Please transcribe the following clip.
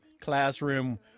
classroom